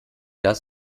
das